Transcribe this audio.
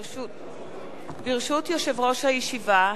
ברשות יושב-ראש הישיבה,